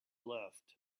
left